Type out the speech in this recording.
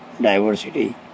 diversity